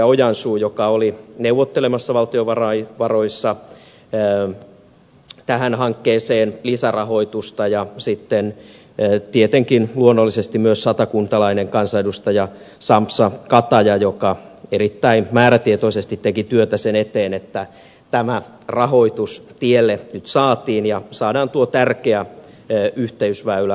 ojansuu joka oli neuvottelemassa valtiovaroissa tähän hankkeeseen lisärahoitusta ja sitten tietenkin luonnollisesti myös satakuntalainen kansanedustaja sampsa kataja joka erittäin määrätietoisesti teki työtä sen eteen että tämä rahoitus tielle nyt saatiin ja saadaan tuo tärkeä yhteysväylä ajanmukaiseen kuntoon